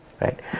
Right